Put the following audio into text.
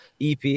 ep